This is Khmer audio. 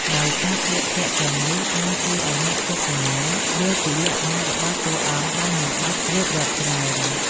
ដោយការស្លៀកពាក់ទាំងនេះបានជួយឲ្យអ្នកទស្សនាយល់ពីលក្ខណៈរបស់តួអង្គដោយមិនបាច់រៀបរាប់ច្រើន។